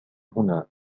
هنا